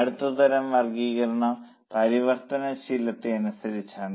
അടുത്ത തരം വർഗ്ഗീകരണം പരിവർത്തനശീലത്തെ അനുസരിച്ചാണ്